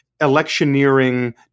electioneering